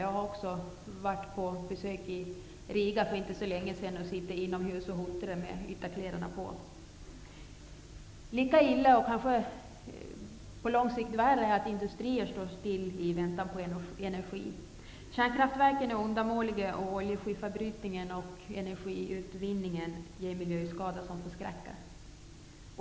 Jag var också på besök i Riga för inte så länge sedan och satt inomhus med ytterkläderna på mig och huttrade. Lika illa och kanske på lång sikt värre är att industrier står still i väntan på energi. Kärnkraftverken är undermåliga och olje och skifferbrytningen samt energiutvinningen ger miljöskador som förskräcker.